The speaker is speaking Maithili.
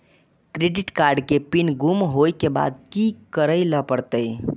क्रेडिट कार्ड के पिन गुम होय के बाद की करै ल परतै?